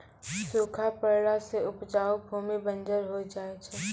सूखा पड़ला सें उपजाऊ भूमि बंजर होय जाय छै